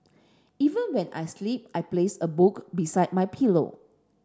even when I sleep I place a book beside my pillow